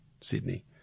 Sydney